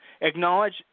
Acknowledge